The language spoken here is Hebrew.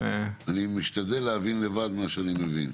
אני משתדל להבין לבד מה שאני מבין.